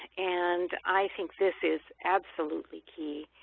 and i think this is absolutely key,